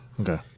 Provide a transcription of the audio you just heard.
okay